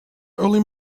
early